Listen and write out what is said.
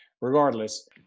regardless